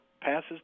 passes